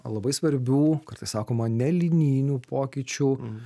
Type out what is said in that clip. labai svarbių kartais sakoma nelinijinių pokyčių